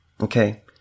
okay